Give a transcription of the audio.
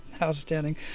outstanding